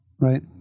Right